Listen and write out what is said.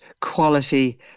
quality